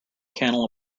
candle